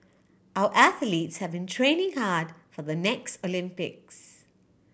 our athletes have been training hard for the next Olympics